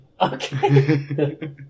Okay